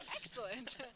excellent